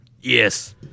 Yes